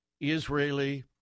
Israeli